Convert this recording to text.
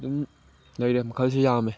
ꯑꯗꯨꯝ ꯂꯩꯔꯦ ꯃꯈꯜꯁꯦ ꯌꯥꯝꯃꯦ